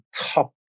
top